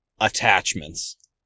attachments